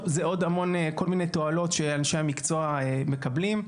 מיני תועלות שאנשי המקצוע מקבלים.